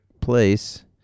place